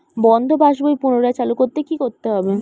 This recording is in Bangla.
বন্ধ পাশ বই পুনরায় চালু করতে কি করতে হবে?